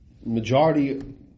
majority